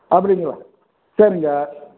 அப்படிங்களா சரிங்க